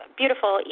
beautiful